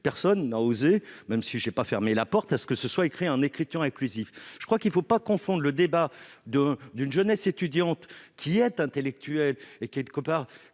personne n'a osé, même si j'ai pas fermé la porte à ce que ce soit écrit en écriture inclusive, je crois qu'il ne faut pas confondre le débat de d'une jeunesse étudiante qui est intellectuel et qui quote-part